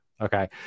Okay